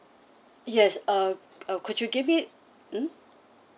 yes uh uh could you give me mm